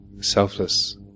selfless